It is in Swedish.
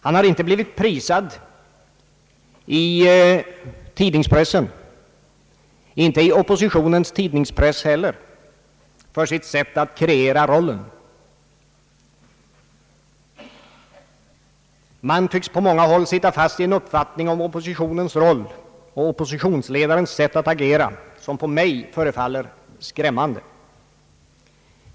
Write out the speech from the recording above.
Han har inte blivit prisad i tidningspressen, inte i oppositionens tidningspress heller, för sitt sätt att kreera rollen. Man tycks på många håll sitta fast i en uppfattning om oppositionens roll och oppositionsledarens sätt att agera, som förefaller mig skrämmande.